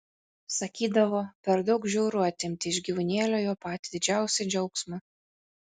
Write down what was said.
sakydavo per daug žiauru atimti iš gyvūnėlio jo patį didžiausią džiaugsmą